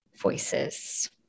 Voices